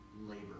labor